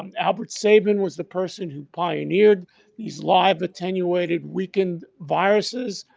and albert saven was the person who pioneered these live attenuated weakened viruses.